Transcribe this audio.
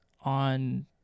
on